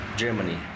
Germany